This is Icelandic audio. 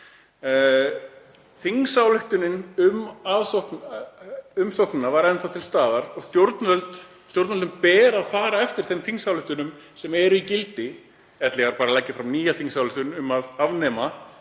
Þingsályktunin um umsóknina var enn til staðar og stjórnvöldum ber að fara eftir þeim þingsályktunum sem eru í gildi, ellegar bara leggja fram nýja þingsályktun um að afnema